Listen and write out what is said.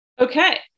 Okay